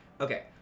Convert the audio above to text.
Okay